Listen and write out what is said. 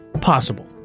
Possible